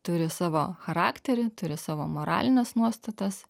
turi savo charakterį turi savo moralines nuostatas